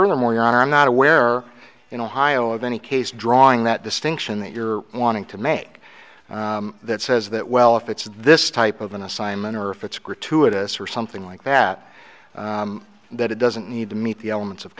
furthermore your honor i'm not aware in ohio of any case drawing that distinction that you're wanting to make that says that well if it's this type of an assignment or if it's gratuitous or something like that that it doesn't need to meet the elements of